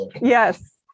Yes